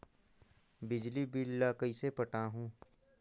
बिजली बिल ल कइसे पटाहूं?